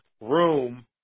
room